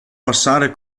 passare